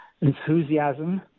Enthusiasm